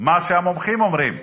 מה שהמומחים אומרים,